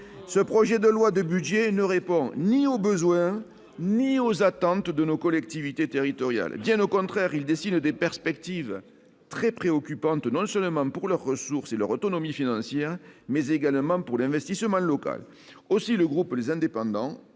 ce projet de loi de budget ne répond ni aux besoins ni aux attentes de nos collectivités territoriales, bien au contraire, il dessine des perspectives très préoccupante, non seulement pour leurs ressources et leur autonomie financière, mais également pour l'investissement local aussi le groupe les indépendants